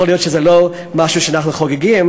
יכול להיות שזה לא משהו שאנחנו חוגגים,